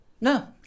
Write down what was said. no